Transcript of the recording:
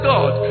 God